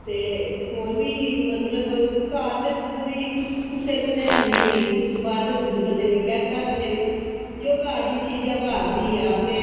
ते होर बी घर दे दुद्ध दी मतलब कुसै कन्नै एह् बी निं कोई रीस बाहर दे दुद्ध कन्नै बी नेईं ते जो घर दी चीज़ ओह् घर दी गै चीज़ ऐ अपने